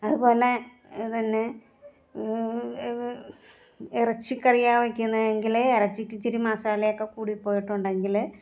അതുപോലെ തന്നെ ഇറച്ചി കറിയാ വെക്കുന്നതെങ്കിൽ ഇറച്ചിക്ക് ഇച്ചിരി മസാലയൊക്കെ കൂടിപ്പോയിട്ടുണ്ടെങ്കിൽ